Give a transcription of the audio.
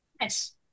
Yes